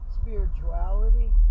spirituality